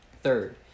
Third